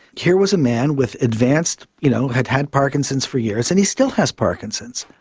here was a man with advanced, you know, had had parkinson's for years, and he still has parkinson's,